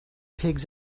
pigs